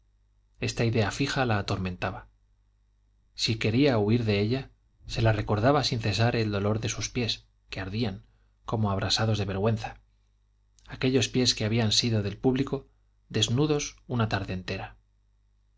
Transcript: esta idea fija la atormentaba si quería huir de ella se la recordaba sin cesar el dolor de sus pies que ardían como abrasados de vergüenza aquellos pies que habían sido del público desnudos una tarde entera